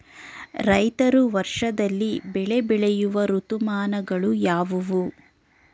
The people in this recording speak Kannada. ರೈತರು ವರ್ಷದಲ್ಲಿ ಬೆಳೆ ಬೆಳೆಯುವ ಋತುಮಾನಗಳು ಯಾವುವು?